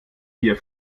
gier